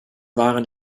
waren